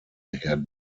her